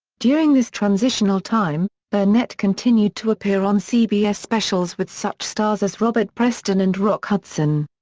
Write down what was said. during this transitional time, burnett continued to appear on cbs specials with such stars as robert preston and rock hudson.